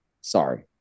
Sorry